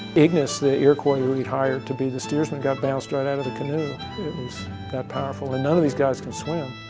ignus, the iroquois, who he hired to be the steersman got bounced right out of the canoe. it was that powerful, and none of these guys can swim.